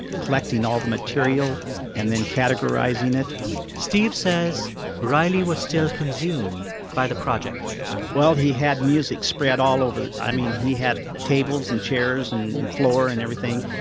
collecting all of the material and then categorizing it steve says riley was still consumed by the project well, he had music spread all over. i mean, he had tables and chairs and floor and everything.